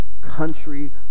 country